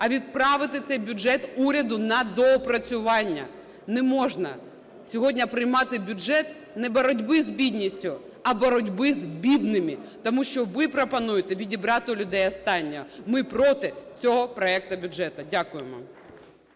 а відправити цей бюджет уряду на доопрацювання. Не можна сьогодні приймати бюджет не боротьби з бідністю, а боротьби з бідними, тому що ви пропонуєте відібрати у людей останнє. Ми проти цього проекту бюджету. Дякуємо.